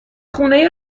خونه